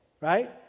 right